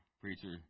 preacher